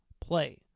play